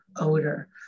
odor